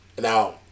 now